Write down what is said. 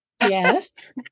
Yes